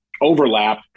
overlap